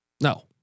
No